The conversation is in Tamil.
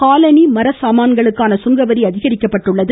காலணி மரச்சாமான்களுக்கான சுங்கவரி அதிகரிக்கப்பட்டுள்ளது